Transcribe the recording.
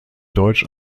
deutsch